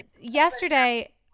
yesterday